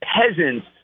peasants